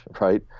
right